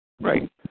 Right